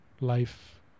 life